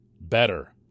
better